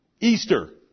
Easter